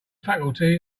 faculty